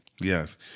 Yes